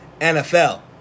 NFL